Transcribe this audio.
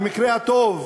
במקרה הטוב,